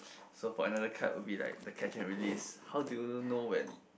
so for another card would be like the catch and release how do you know when